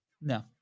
No